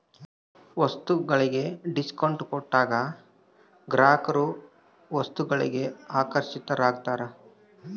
ವಸ್ತುಗಳಿಗೆ ಡಿಸ್ಕೌಂಟ್ ಕೊಟ್ಟಾಗ ಗ್ರಾಹಕರು ವಸ್ತುಗಳಿಗೆ ಆಕರ್ಷಿತರಾಗ್ತಾರ